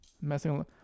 Messing